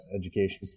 education